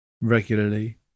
regularly